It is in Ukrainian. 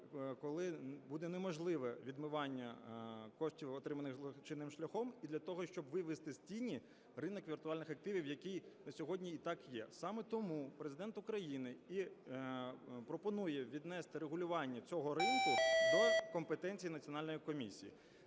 коли буде неможливе відмивання коштів, отриманих злочинним шляхом і для того, щоб вивести з тіні ринок віртуальних активів, який на сьогодні і так є. Саме тому Президент України пропонує віднести регулювання цього ринку до компетенції національної комісії.